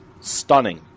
stunning